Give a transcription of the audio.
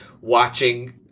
watching